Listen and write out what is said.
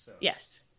Yes